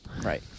Right